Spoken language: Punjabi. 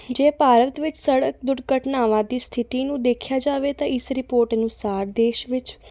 ਜੇ ਭਾਰਤ ਵਿੱਚ ਸੜਕ ਦੁਰਘਟਨਾਵਾਂ ਦੀ ਸਥਿਤੀ ਨੂੰ ਦੇਖਿਆ ਜਾਵੇ ਤਾਂ ਇਸ ਰਿਪੋਰਟ ਅਨੁਸਾਰ ਦੇਸ਼ ਵਿੱਚ